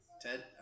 Ted